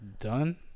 done